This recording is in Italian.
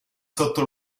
sotto